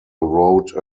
wrote